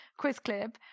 QuizClip